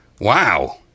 Wow